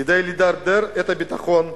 כדי לדרדר את הביטחון,